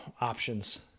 options